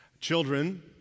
Children